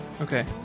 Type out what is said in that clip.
Okay